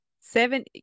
Seven